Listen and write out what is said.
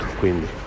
quindi